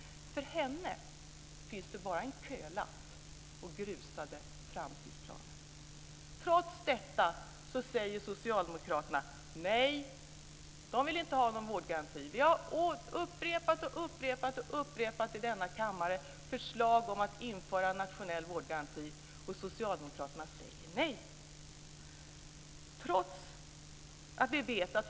För henne finns det bara en kölapp och grusade framtidsplaner. Trots detta säger Socialdemokraterna nej. De vill inte ha någon vårdgaranti. Vi har i denna kammare upprepat och upprepat och upprepat förslag om att införa en nationell vårdgaranti men Socialdemokraterna säger nej.